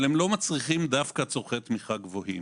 אבל לא מצריכים דווקא צורכי תמיכה גבוהים.